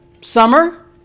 Summer